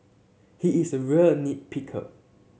he is a real nit picker